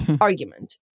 argument